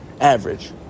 average